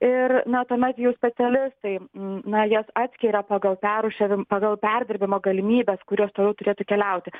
ir na tuomet jau specialistai na jas atskiria pagal perrūšiavim pagal perdirbimo galimybes kurios toliau turėtų keliauti